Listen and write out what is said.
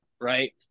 right